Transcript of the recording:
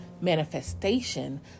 manifestation